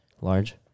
large